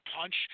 punch